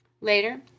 Later